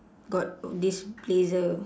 got this blazer